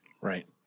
Right